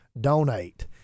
donate